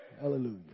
Hallelujah